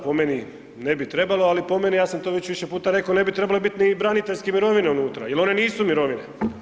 Po meni ne bi trebalo, ali po meni, ja sam to već više puta rekao, ne bi trebale bit ni braniteljske mirovine unutra jel one nisu mirovine.